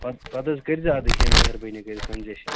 پتہٕ پَتہٕ حظ کٔرۍزِ اَدٕ کیٚنٛہہ مہربٲنی کٔرِتھ کَنسیشَن